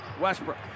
Westbrook